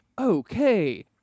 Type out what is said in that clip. Okay